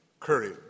courage